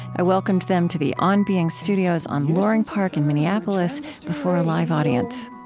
i welcomed them to the on being studios on loring park in minneapolis before a live audience